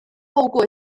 透过